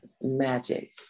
magic